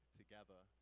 together